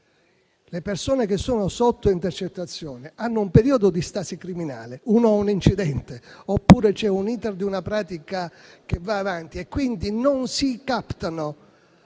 le persone che sono sotto intercettazione hanno un periodo di stasi criminale (uno ha un incidente, oppure l'*iter* di una pratica va avanti) e quindi non si captano